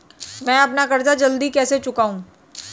मैं अपना कर्ज जल्दी कैसे चुकाऊं?